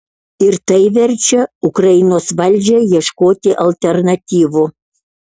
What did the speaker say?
ir tai verčia ukrainos valdžią ieškoti alternatyvų